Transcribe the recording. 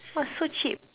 !wah! so cheap